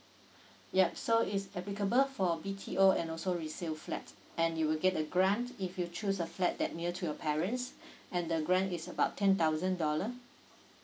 yup so is applicable for B_T_O and also resale flat and you will get a grant if you choose a flat that near to your parents and the grant is about ten thousand dollar